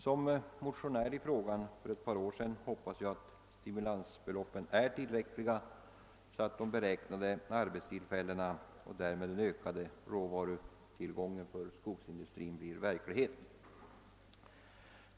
Som motionär i frågan för ett par år sedan hoppas jag att stimulansbeloppen är tillräckliga, så att de beräknade arbetstillfällena och därmed även den ökade råvarutillgången för skogsindustrin blir verklighet.